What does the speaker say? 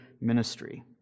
ministry